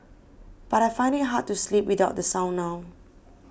but I find it hard to sleep without the sound now